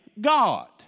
God